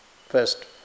first